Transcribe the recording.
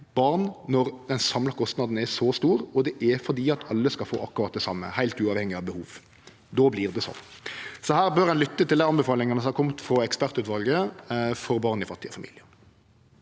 barn når den samla kostnaden er så stor, og det er fordi alle skal få akkurat det same, heilt uavhengig av behov. Då vert det slik. Her bør ein lytte til dei anbefalingane som har kome frå ekspertgruppa om barn i fattige familiar.